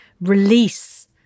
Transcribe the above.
release